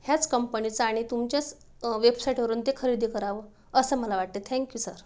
ह्याच कंपनीचं आणि तुमच्याच वेबसाईटवरून ते खरेदी करावं असं मला वाटते थँक यू सर